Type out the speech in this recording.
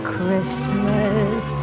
Christmas